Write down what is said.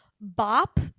bop